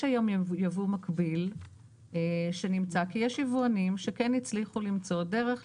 יש היום יבוא מקביל שנמצא כי יש יבואנים שכן הצליחו למצוא דרך,